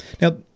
Now